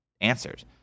answered